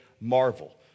marvel